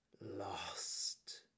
lost